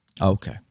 Okay